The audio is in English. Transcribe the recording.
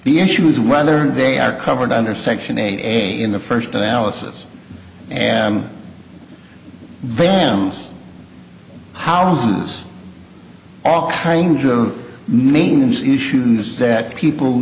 the issue is whether they are covered under section eight in the first analysis and valiums how thousands of all kinds of maintenance issues that people